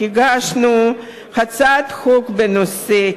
הגשנו הצעת חוק בנושא,